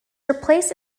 replaced